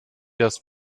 das